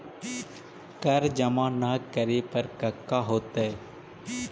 कर जमा ना करे पर कका होतइ?